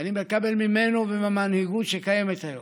אני מקבל ממנו ומהמנהיגות שקיימת היום.